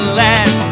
last